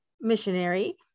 missionary